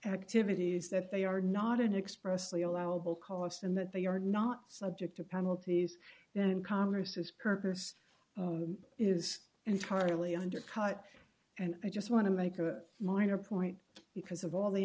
activities that they are not an expressway allowable cost and that they are not subject to penalties then congress is purpose is entirely undercut and i just want to make a minor point because of all the